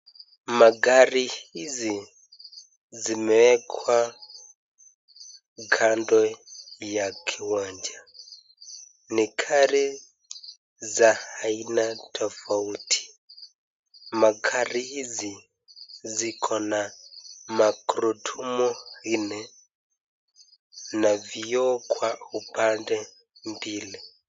Magari hizi zimeekwa kando ya kiwanja. Ni kari za aina tofauti. Magari hizi ziko na magurudumu nne na vioo kwa upande mbili.